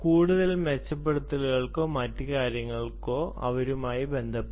കൂടുതൽ മെച്ചപ്പെടുത്തലുകൾക്കോ മറ്റ് കാര്യങ്ങൾക്കോ അവരുമായി ബന്ധപ്പെടണം